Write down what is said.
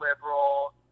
liberal